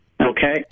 Okay